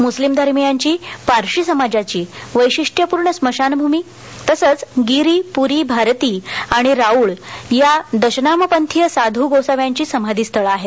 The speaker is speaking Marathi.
मुस्लीम धर्मीयांची पारशी समाजाची वैशिष्टयपूर्ण स्मशानभूमी तसंच गिरी पुरी भारती आणि राऊळ या दशनामपंथीय साधू गोसाव्यांची समाधीस्थळे आहेत